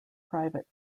private